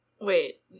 Wait